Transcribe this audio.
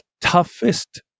toughest